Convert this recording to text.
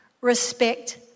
respect